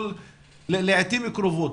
לעתים קרובות.